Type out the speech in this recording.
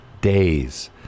days